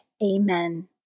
Amen